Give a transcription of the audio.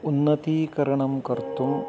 उन्नतीकरणं कर्तुं